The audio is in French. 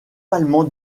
allemand